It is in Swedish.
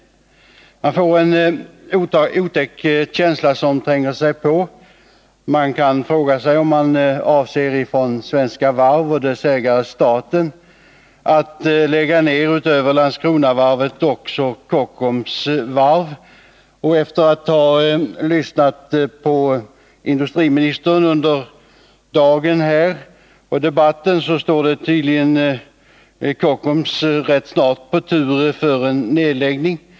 Nr 155 En otäck känsla tränger sig på, och man kan undra om Svenska Varv och Tisdagen den dess ägare staten avser att utöver Landskronavarvet också lägga ner Kockums varv. Och efter att ha lyssnat på industriministern tidigare i debatten drar jag slutsatsen att Kockums tydligen ganska snart står på tur för nedläggning.